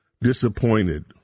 disappointed